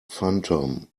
phantom